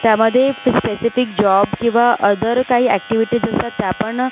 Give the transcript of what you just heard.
त्यामध्ये fee specific job किंवा other काही अॅक्टीविटीज असतात त्या पण